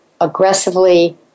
aggressively